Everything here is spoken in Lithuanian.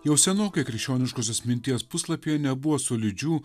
jau senokai krikščioniškosios minties puslapyje nebuvo solidžių